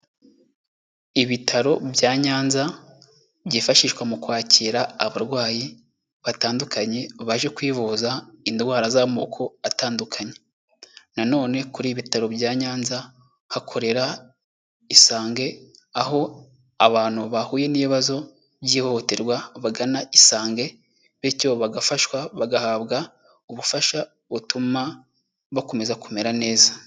Ibitaro bya Nyanza, byifashishwa mu kwakira abarwayi, batandukanye, baje kwivuza indwara z'amoko atandukanye. Na none kuri ibi ibitaro bya Nyanza hakorera Isange, aho abantu bahuye n'ibibazo by'ihohoterwa bagana Isange, bityo bagafashwa bagahabwa ubufasha butuma bakomeza kumera neza.